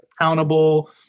accountable